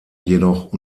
jedoch